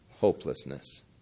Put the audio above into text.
hopelessness